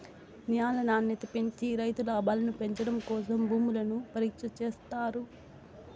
న్యాల నాణ్యత పెంచి రైతు లాభాలను పెంచడం కోసం భూములను పరీక్ష చేత్తారు